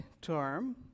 term